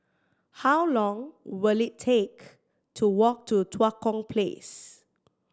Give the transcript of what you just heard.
how long will it take to walk to Tua Kong Place